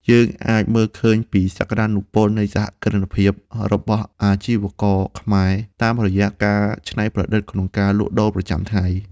យើងអាចមើលឃើញពីសក្ដានុពលនៃសហគ្រិនភាពរបស់អាជីវករខ្មែរតាមរយៈការច្នៃប្រឌិតក្នុងការលក់ដូរប្រចាំថ្ងៃ។